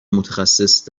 متخصص